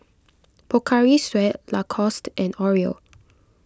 Pocari Sweat Lacoste and Oreo